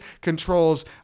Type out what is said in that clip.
controls